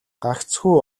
гагцхүү